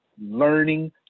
learning